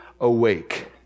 awake